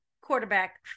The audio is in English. quarterback